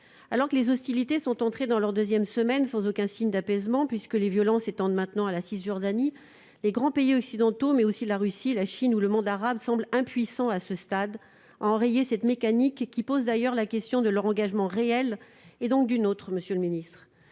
Alors que les hostilités sont entrées dans leur deuxième semaine, sans aucun signe d'apaisement, puisque les violences s'étendent maintenant à la Cisjordanie, les grands pays occidentaux, mais aussi la Russie, la Chine ou le monde arabe semblent impuissants, à ce stade, à enrayer cette mécanique. Cela pose la question de leur engagement réel, et, partant, du nôtre, monsieur le secrétaire